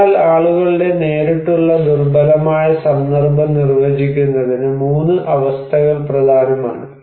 അതിനാൽ ആളുകളുടെ നേരിട്ടുള്ള ദുർബലമായ സന്ദർഭം നിർവചിക്കുന്നതിന് 3 അവസ്ഥകൾ പ്രധാനമാണ്